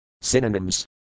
Synonyms